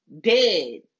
dead